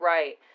Right